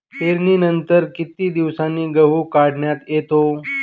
पेरणीनंतर किती दिवसांनी गहू काढण्यात येतो?